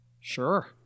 sure